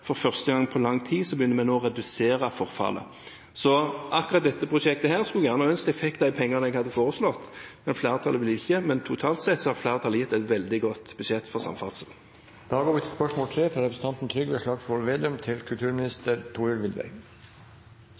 For første gang på lang tid begynner vi nå å redusere forfallet. Akkurat til dette prosjektet skulle jeg gjerne ønske jeg fikk de pengene jeg hadde foreslått. Flertallet ville ikke, men totalt sett har flertallet gitt et veldig godt budsjett for samferdsel.